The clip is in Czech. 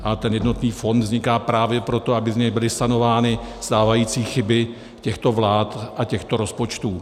A ten jednotný fond vzniká právě proto, aby z něj byly sanovány stávající chyby těchto vlád a těchto rozpočtů.